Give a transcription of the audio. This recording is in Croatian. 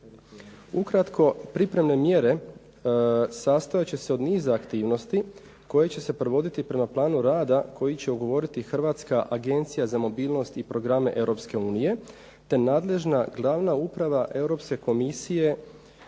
Ukratko pripremne mjere sastojat će se od niza aktivnosti, koje će se provoditi prema planu rada koju će ugovoriti Hrvatska agencija za mobilnost i programe Europske unije, te nadležna glavna uprava Europske komisije